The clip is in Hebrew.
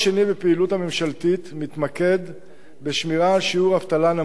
בפעילות הממשלתית מתמקד בשמירה על שיעור אבטלה נמוך.